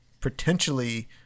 potentially